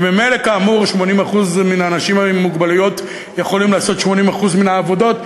וכאמור ממילא 80% מהאנשים עם מוגבלויות יכולים לעשות 80% מהעבודה.